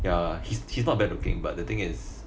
ya he's he's not bad looking but the thing is